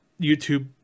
YouTube